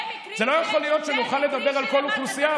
לא יכול להיות שנוכל לדבר על כל אוכלוסייה,